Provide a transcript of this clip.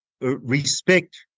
respect